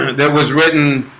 that was written